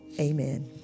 Amen